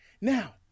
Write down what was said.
Now